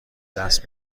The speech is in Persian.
دست